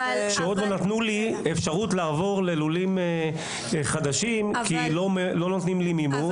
עוד לא נתנו לי אפשרות לעבור ללולים חדשים כי לא נותנים לי מימון.